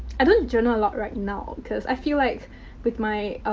i don't journal a lot right now because i feel like with my,